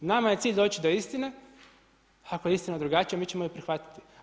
Nama je cilj doći do istine, ako je istina drugačija mi ćemo je prihvatiti.